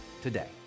today